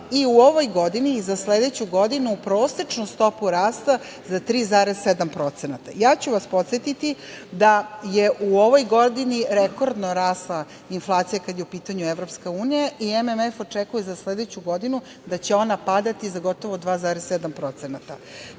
i u ovoj godini i za sledeću godinu prosečnu stopu rasta za 3,7%. Podsetiću vas da je u ovoj godini rekordno rasla inflacija kada je u pitanju EU i MMF očekuje za sledeću godinu da će ona padati za gotovo 2,7%.Kada